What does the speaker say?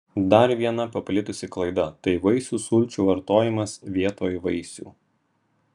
dar viena paplitusi klaida tai vaisių sulčių vartojimas vietoj vaisių